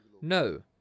No